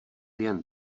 jen